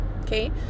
Okay